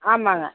ஆமாம்ங்க